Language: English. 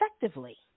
effectively